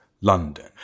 London